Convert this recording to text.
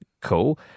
Cool